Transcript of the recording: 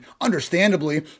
understandably